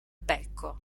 becco